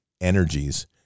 energies